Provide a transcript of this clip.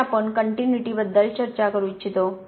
तर आपण कनटयूनीटी बद्दल चर्चा करू इच्छितो